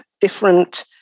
different